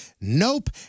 nope